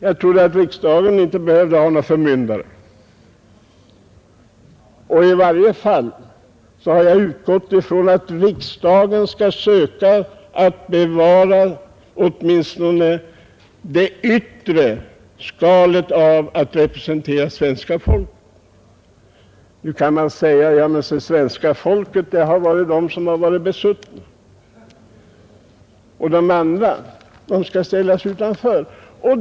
Jag trodde att riksdagen inte behövde ha någon förmyndare, och i varje fall har jag utgått från att riksdagen skall söka bevara åtminstone skenet av att representera svenska folket. Nu kan man säga: Ja, men se svenska folket har varit de besuttna, och de andra skall ställas utanför.